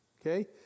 okay